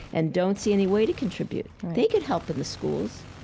and don't see any way to contribute. they could help in the schools.